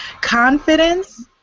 Confidence